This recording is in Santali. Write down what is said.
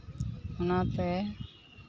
ᱚᱱᱟᱛᱮ